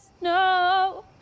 No